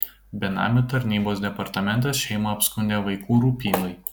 benamių tarnybos departamentas šeimą apskundė vaikų rūpybai